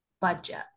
budget